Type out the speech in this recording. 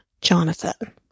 Jonathan